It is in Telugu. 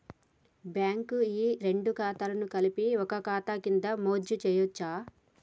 బ్యాంక్ వి రెండు ఖాతాలను కలిపి ఒక ఖాతా కింద మెర్జ్ చేయచ్చా?